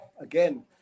again